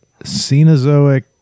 Cenozoic